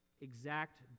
exact